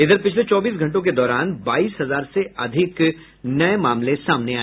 इधर पिछले चौबीस घंटों के दौरान बाईस हजार से अधिक नए मामले सामने आए